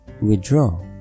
withdraw